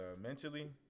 Mentally